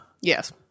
Yes